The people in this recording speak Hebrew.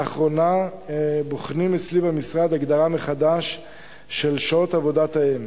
לאחרונה בוחנים אצלי במשרד הגדרה מחדש של שעות עבודת האם,